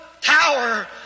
tower